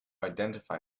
identify